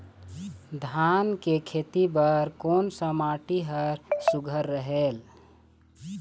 धान के खेती बर कोन सा माटी हर सुघ्घर रहेल?